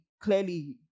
clearly